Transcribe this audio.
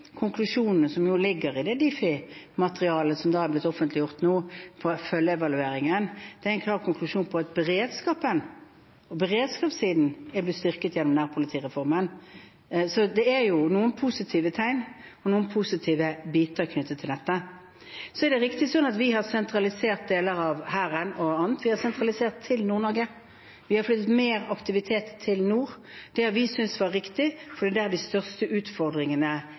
konklusjonene som ligger i det Difi-materialet som er blitt offentliggjort nå fra følgeevalueringen, er en klar konklusjon på at beredskapen og beredskapssiden er blitt styrket gjennom nærpolitireformen. Så det er noen positive tegn og noen positive biter knyttet til dette. Det er riktig at vi har sentralisert deler av Hæren og annet, vi har sentralisert til Nord-Norge. Vi har flyttet mer aktivitet nordover. Det synes vi er riktig, for det er der de største utfordringene